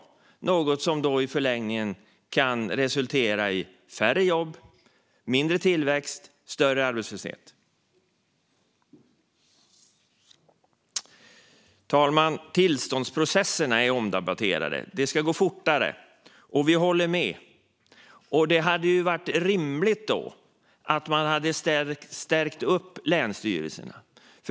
Det är något som i förlängningen kan resultera i färre jobb, mindre tillväxt och större arbetslöshet. Herr talman! Tillståndsprocesserna är omdebatterade. Det ska gå fortare, och vi håller med. Det hade då varit rimligt att man hade stärkt länsstyrelserna.